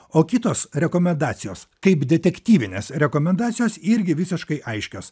o kitos rekomendacijos kaip detektyvinės rekomendacijos irgi visiškai aiškios